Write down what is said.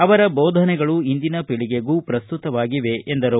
ಅವರ ದೋಧನೆಗಳು ಇಂದಿನ ಪೀಳಿಗೆಗೂ ಪ್ರಸ್ತುತವಾಗಿವೆ ಎಂದರು